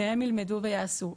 מהם ילמדו ויעשו.